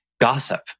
gossip